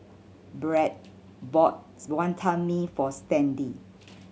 Brad bought Wantan Mee for Stanley